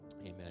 amen